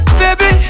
baby